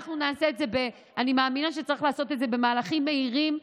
אנחנו נעשה את זה במהלכים מהירים,